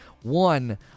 one